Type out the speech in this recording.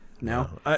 No